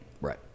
right